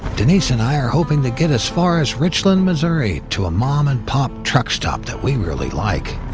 denise and i are hoping to get as far as richland, missouri, to a mom and pop truck stop that we really like.